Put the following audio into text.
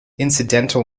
incidental